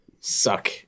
suck